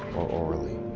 orally.